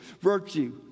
virtue